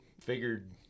figured